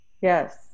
Yes